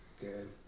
Good